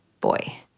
boy